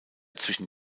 zwischen